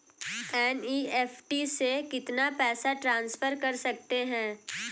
NEFT से कितना पैसा ट्रांसफर कर सकते हैं?